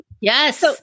Yes